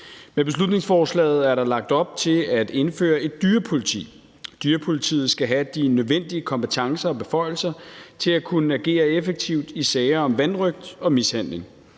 Med beslutningsforslaget er der lagt op til at indføre et dyrepoliti. Dyrepolitiet skal have de nødvendige kompetencer og beføjelser til at kunne agere effektivt i sager om vanrøgt og mishandling.